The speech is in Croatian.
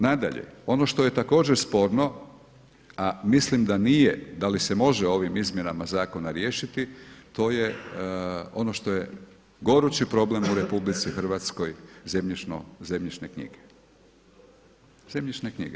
Nadalje, ono što je također sporno a mislim da nije, da li se može ovim izmjenama zakona riješiti to je ono što je gorući problemu RH zemljišne knjige, zemljišne knjige.